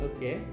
Okay